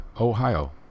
Ohio